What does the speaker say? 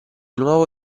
nuovo